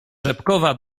rzepkowa